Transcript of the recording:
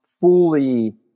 fully